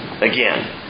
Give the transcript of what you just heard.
Again